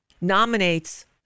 nominates